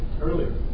earlier